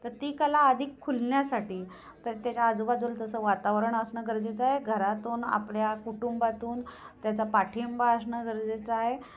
तर ती कला अधिक खुलण्यासाठी तर त्याच्या आजूबाजूला तसं वातावरण असणं गरजेचं आहे घरातून आपल्या कुटुंबातून त्याचा पाठिंबा असणं गरजेचं आहे